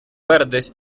verdes